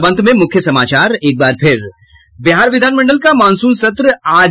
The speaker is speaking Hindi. और अब अंत में मुख्य समाचार एक बार फिर बिहार विधानमंडल का मॉनसून सत्र आज